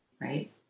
right